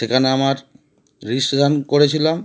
সেখানে আমার রেজিস্ট্রেশান করেছিলাম